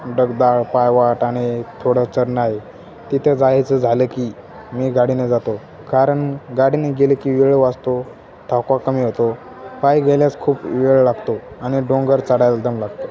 दगडाळ पायवाट आणि थोडं चढणं आहे तिथे जायचं झालं की मी गाडीने जातो कारण गाडीने गेलं की वेळ वाचतो थकवा कमी होतो पाय गेल्यास खूप वेळ लागतो आणि डोंगर चाढायला एकदम लागतो